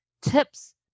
tips